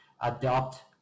adopt